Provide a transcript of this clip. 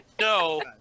No